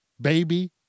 baby